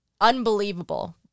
unbelievable